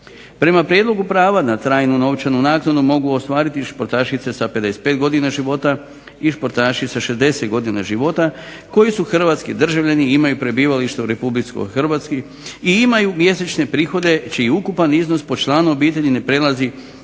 Prema prijedlogu prava na trajnu novčanu naknadu mogu ostvariti športašice sa 55 godina života i športaši sa 60 godina života koji su hrvatski državljani i imaju prebivalište u Republici Hrvatskoj i imaju mjesečne prihode čiji ukupan iznos po članu obitelji ne prelazi